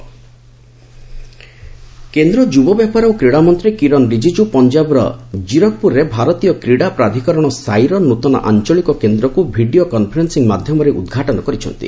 ସାଇ ଆଞ୍ଚଳିକ କେନ୍ଦ୍ର କେନ୍ଦ୍ର ଯୁବ ବ୍ୟାପାର ଓ କ୍ରୀଡ଼ା ମନ୍ତ୍ରୀ କିରନ୍ ରିଜିଜ୍ ପଞ୍ଜାବର ଜିରକ୍ପ୍ରରେ ଭାରତୀୟ କ୍ୱୀଡ଼ା ପ୍ରାଧିକରଣ ସାଇର ନୃତନ ଆଞ୍ଚଳୀକ କେନ୍ଦ୍ରକୁ ଭିଡ଼ିଓ କନ୍ଫରେନ୍ନିଂ ମାଧ୍ୟମରେ ଉଦ୍ଘାଟନ କରିଛନ୍ତି